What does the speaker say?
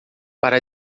para